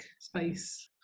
space